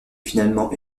finalement